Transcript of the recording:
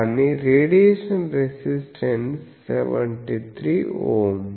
కాని radiation resistance 73Ω